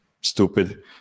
stupid